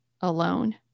alone